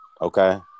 okay